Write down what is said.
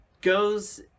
goes